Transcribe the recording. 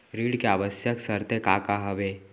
ऋण के आवश्यक शर्तें का का हवे?